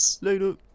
later